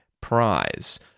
prize